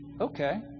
Okay